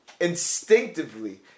instinctively